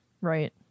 right